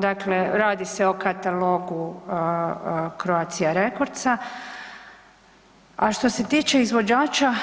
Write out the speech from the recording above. Dakle, radi se o katalogu Croatia Recordsa, a što se tiče izvođača,